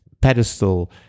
pedestal